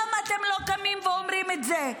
למה אתם לא קמים ואומרים את זה?